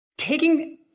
taking